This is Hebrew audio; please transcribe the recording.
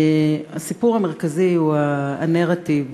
הסיפור המרכזי הוא הנרטיב,